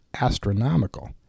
astronomical